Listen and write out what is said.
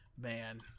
Man